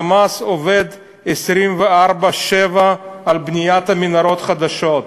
"חמאס" עובד 24/7 על בניית מנהרות חדשות.